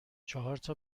چهارتا